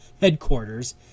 headquarters